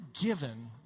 given